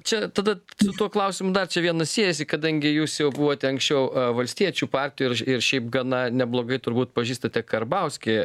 čia tada su tuo klausimu dar vienu siejasi kadangi jūs jau buvote anksčiau valstiečių partijos ir šiaip gana neblogai turbūt pažįstate karbauskį